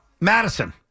Madison